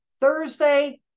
Thursday